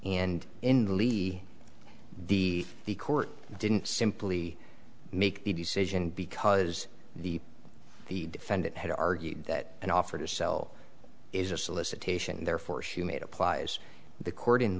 and in the levy the the court didn't simply make the decision because the the defendant had argued that an offer to sell is a solicitation and therefore she made applies the court in